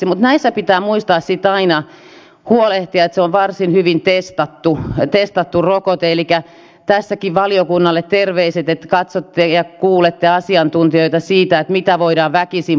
mutta näissä pitää muistaa sitten aina huolehtia että se on varsin hyvin testattu rokote elikkä tässäkin valiokunnalle terveiset että katsotte ja kuulette asiantuntijoita siitä mitä rokotetta voidaan väkisin pakottaa ottamaan